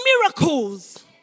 miracles